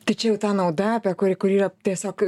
tai čia jau ta nauda apie kuri kuri yra tiesiog